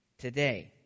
today